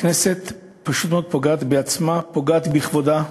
הכנסת פשוט מאוד פוגעת בעצמה, פוגעת בכבודה.